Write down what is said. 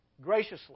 graciously